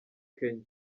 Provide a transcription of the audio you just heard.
kenya